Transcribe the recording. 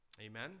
Amen